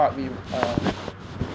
what we uh